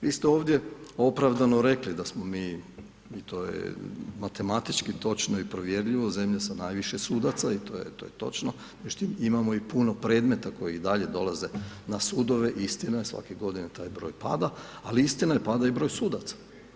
Vi ste ovdje opravdano rekli da smo mi i to je matematički točno i provjerljivo zemlja sa najviše sudaca i to je točno, međutim imamo i puno predmeta koji i dalje dolaze na sudove, istina, svake godine taj broj pada, ali istina je pada i broj sudaca.